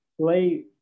play